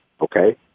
okay